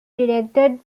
directed